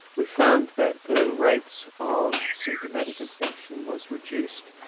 we found that the rates of symptomatic infection was reduced,